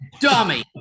Dummy